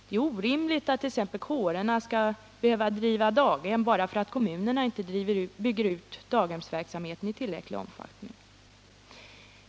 Det är orimligt att kårerna t.ex. skall behöva driva daghem bara för att kommunerna inte bygger ut daghemsverksamheten i tillräcklig omfattning.